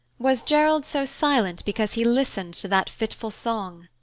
was gerald so silent because he listened to that fitful song?